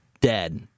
dead